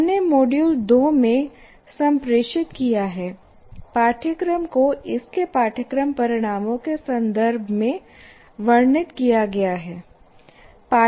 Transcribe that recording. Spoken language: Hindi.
हमने मॉड्यूल 2 में संप्रेषित किया है पाठ्यक्रम को इसके पाठ्यक्रम परिणामों के संदर्भ में वर्णित किया गया है